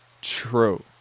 true